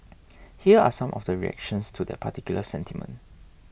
here are some of the reactions to that particular sentiment